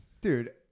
Dude